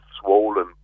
swollen